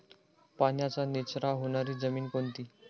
पाण्याचा निचरा होणारी जमीन कोणती?